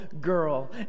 girl